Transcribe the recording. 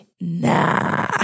Nah